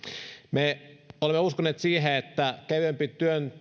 me olemme uskoneet siihen että kevyempi